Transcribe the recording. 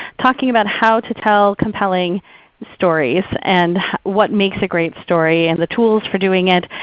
talking about how to tell compelling stories and what makes a great story, and the tools for doing it.